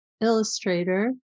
illustrator